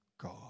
God